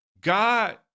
God